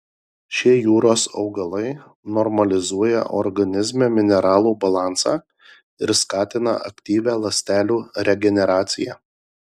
šie jūros augalai normalizuoja organizme mineralų balansą ir skatina aktyvią ląstelių regeneraciją